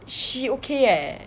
she okay eh